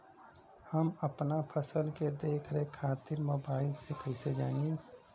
हम अपना फसल के देख रेख खातिर मोबाइल से कइसे जानी?